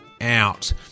out